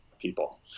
people